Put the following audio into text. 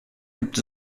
gibt